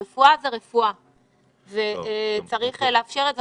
רפואה זה רפואה וצריך לאפשר את זה.